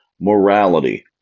morality